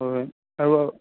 হয় আৰু